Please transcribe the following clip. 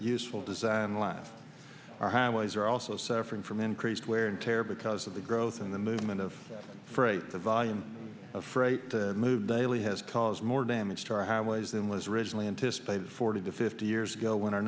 useful design laugh our highways are also suffering from increased wear and tear because of the growth in the movement of freight the volume of freight moved daily has caused more damage to our highways than was originally anticipated forty to fifty years ago when our